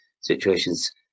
situations